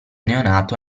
neonato